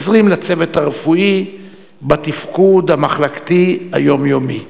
עוזרים לצוות הרפואי בתפקוד המחלקתי היומיומי.